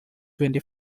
twenty